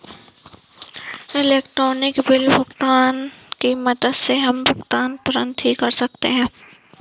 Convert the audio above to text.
electronic bill भुगतान की मदद से हम भुगतान तुरंत ही कर सकते हैं